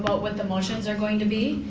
but what the motions are going to be.